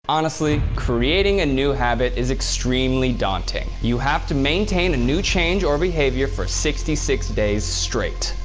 honestly, creating a new habit is extremely daunting. you have to maintain a new change or behavior for sixty six days straight.